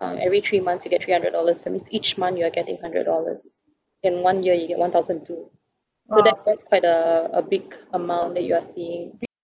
um every three months you get three hundred dollars that means each month you are getting hundred dollars in one year you get one thousand and two so that's that's quite a a big amount that you are seeing